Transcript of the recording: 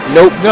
Nope